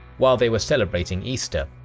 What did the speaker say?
while they were celebrating easter.